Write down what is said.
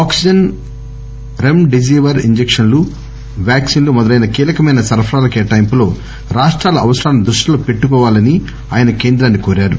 oxygen remdesivir ఇన్లెకన్లు వ్యాక్పిన్లు మొదలైన కీలకమైన సరఫరాల కేటాయింపులో రాష్టాల అవసరాలను దృష్టిలో పెట్టుకోవాలని ఆయన కేంద్రాన్ని కోరారు